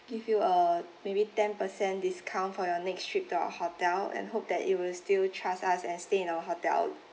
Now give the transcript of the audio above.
give you a maybe ten percent discount for your next trip to our hotel and hope that you will still trust us and stay in a hotel